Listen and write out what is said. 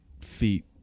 feet